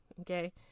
okay